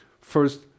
First